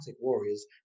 warriors